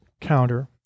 counter